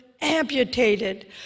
amputated